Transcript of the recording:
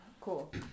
Cool